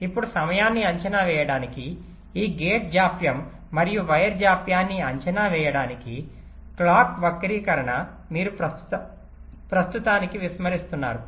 ఇప్పుడు సమయాన్ని అంచనా వేయడానికి ఈ గేట్ జాప్యం మరియు వైర్ జాప్యాన్ని అంచనా వేయడానికి క్లాక్ వక్రీకరణ మీరు ప్రస్తుతానికి విస్మరిస్తున్నారు